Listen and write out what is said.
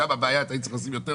זה נכון שהיא ירדה מהתעשייה